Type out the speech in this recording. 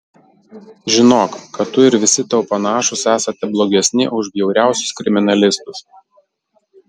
žinok kad tu ir visi tau panašūs esate blogesni už bjauriausius kriminalistus